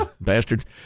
bastards